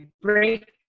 Break